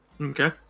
okay